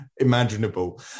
imaginable